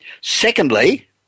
Secondly